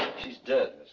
she's dead,